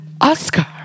Oscar